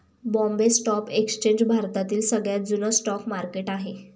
Bombay stock exchange भारतातील सगळ्यात जुन स्टॉक मार्केट आहे